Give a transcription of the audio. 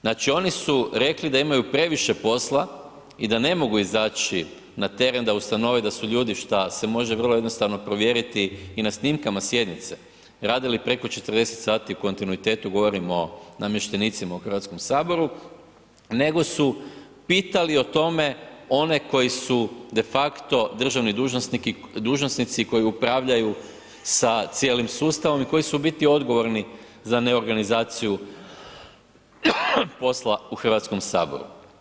Znači, oni su rekli da imaju previše posla i da ne mogu izaći na teren da ustanove da su ljudi, šta se može vrlo jednostavno provjeriti i na snimkama sjednice radili preko 40 sati u kontinuitetu, govorim o namještenicima u Hrvatskom saboru, nego su pitali o tome one koji su de facto državni dužnosnici i koji upravljaju sa cijelim sustavom i koji su u biti odgovorni za ne organizaciju posla u Hrvatskom saboru.